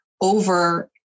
over